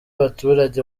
abaturage